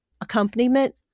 accompaniment